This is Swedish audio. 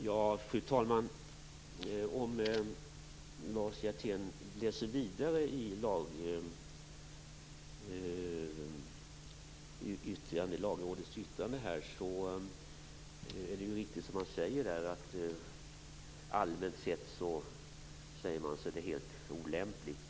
Fru talman! Om Lars Hjertén läser vidare i Lagrådets yttrande kan han se att man säger att man allmänt sett ser det som helt olämpligt.